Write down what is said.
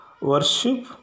worship